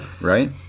Right